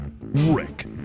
Rick